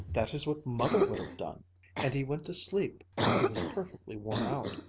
that is what mother would have done and he went to sleep he was perfectly worn out.